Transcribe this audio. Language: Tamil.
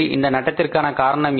இந்த நட்டத்திற்கான காரணம் என்ன